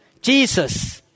Jesus